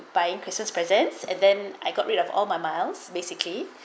buying christmas presents and then I got rid of all my miles basically